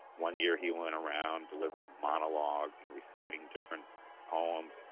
one year he went around delivering monologs and reciting different poems.